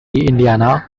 indiana